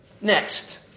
Next